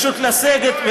פשוט לסגת ולהתקפל.